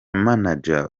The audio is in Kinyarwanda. manager